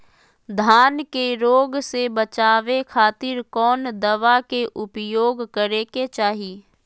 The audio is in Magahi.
धान के रोग से बचावे खातिर कौन दवा के उपयोग करें कि चाहे?